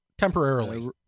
Temporarily